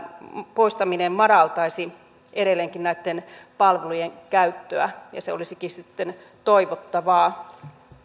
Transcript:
poistaminen madaltaisi edelleenkin näitten palvelujen käyttöä ja se olisikin toivottavaa